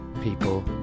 people